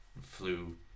flu